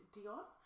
Dion